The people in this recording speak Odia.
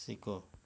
ଶିକ